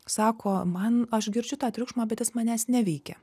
sako man aš girdžiu tą triukšmą bet jis manęs neveikia